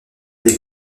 des